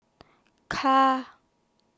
Ka